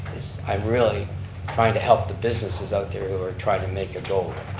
i'm really trying to help the businesses out there who are trying to make a go.